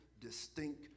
Distinct